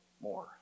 more